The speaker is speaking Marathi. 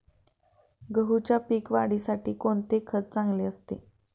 गहूच्या पीक वाढीसाठी कोणते खत चांगले असते?